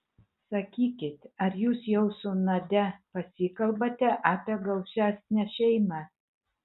sakykit ar jūs jau su nadia pasikalbate apie gausesnę šeimą